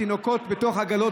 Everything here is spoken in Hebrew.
בתינוקות בתוך עגלות,